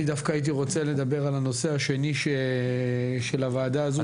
אני דווקא הייתי רוצה לדבר על הנושא השני של הוועדה הזו.